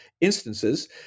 instances